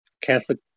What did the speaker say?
Catholic